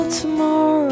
tomorrow